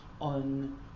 on